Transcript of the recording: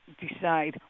decide